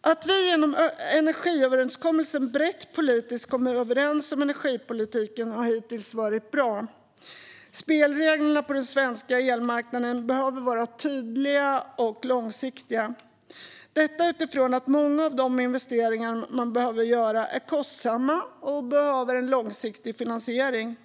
Att vi genom energiöverenskommelsen brett politiskt kommit överens om energipolitiken har hittills varit bra. Spelreglerna på den svenska elmarknaden behöver vara tydliga och långsiktiga - detta utifrån att många av de investeringar man behöver göra är kostsamma och behöver långsiktig finansiering.